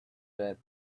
that